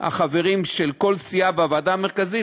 החברים של כל סיעה בוועדה המרכזית,